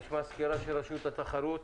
נשמע סקירה של רשות התחרות.